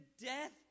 death